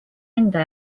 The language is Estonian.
enda